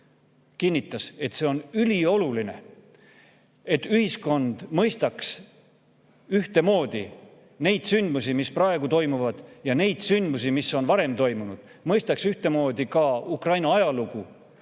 kinnitas, et see on ülioluline, et ühiskond mõistaks ühtemoodi neid sündmusi, mis praegu toimuvad, ja neid sündmusi, mis on varem toimunud, mõistaks ühtemoodi ka Ukraina ajalugu.